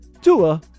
Tua